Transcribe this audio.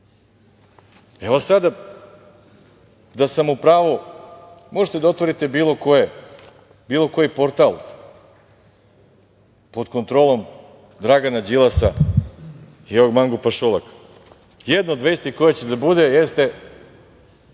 sada da sam u pravu, možete da otvorite bilo koji portal pod kontrolom Dragana Đilasa, i ovog mangupa Šolaka, jedna od vesti koja će da bude jeste